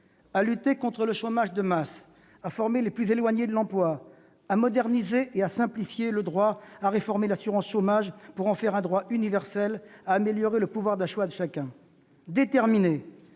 à lutter contre le chômage de masse, à former les plus éloignés de l'emploi, à moderniser et à simplifier le droit, à réformer l'assurance chômage pour en faire un droit universel, à améliorer le pouvoir d'achat de chacun. Déterminés